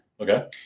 Okay